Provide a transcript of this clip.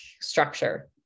structure